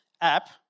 app